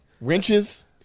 Wrenches